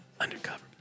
undercover